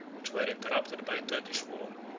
which were interrupted by a turkish war,